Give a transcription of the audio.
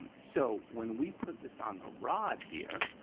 um so, when we put this on the rod here,